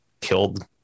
killed